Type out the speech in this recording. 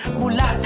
mula